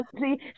See